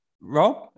Rob